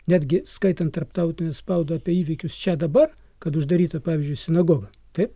netgi skaitant tarptautinę spaudą apie įvykius čia dabar kad uždaryta pavyzdžiui sinagoga taip